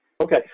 Okay